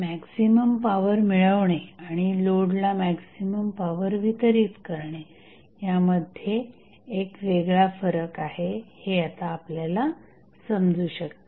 maximum power मिळवणे आणि लोडला मॅक्झिमम पॉवर वितरित करणे यामध्ये एक वेगळा फरक आहे हे आता आपल्याला समजू शकते